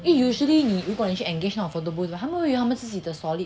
因为 usually 你如果你去 engage 那种 photobooth right 他们会用他们自己的 solid